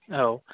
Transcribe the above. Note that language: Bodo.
औ